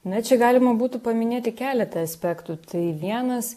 na čia galima būtų paminėti keletą aspektų tai vienas